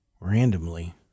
randomly